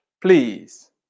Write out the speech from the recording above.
please